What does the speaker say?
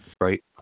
right